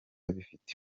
bifite